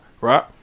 right